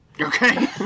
Okay